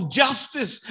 justice